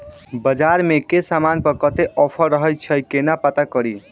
बजार मे केँ समान पर कत्ते ऑफर रहय छै केना पत्ता कड़ी?